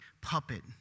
puppet